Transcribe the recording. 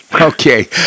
Okay